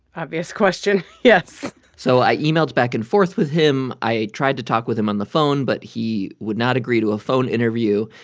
obvious question. yes so i emailed back and forth with him. i tried to talk with him on the phone. but he would not agree to a phone interview.